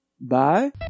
Bye